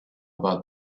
about